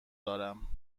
دارم